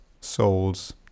souls